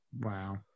Wow